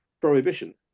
prohibition